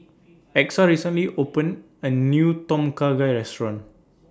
Exa recently opened A New Tom Kha Gai Restaurant